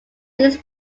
these